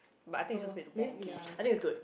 but it is a bit wonky I think it's to